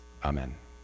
Amen